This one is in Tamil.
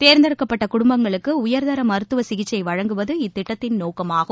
தோ்ந்தெடுக்கப்பட்ட குடும்பங்களுக்கு உயா்தர மருத்துவ சிகிச்சை வழங்குவது இத்திட்டத்தின் நோக்கமாகும்